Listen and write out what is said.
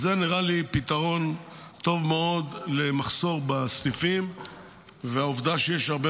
זה נראה לי פתרון טוב מאוד למחסור בסניפים ולעובדה שיש הרבה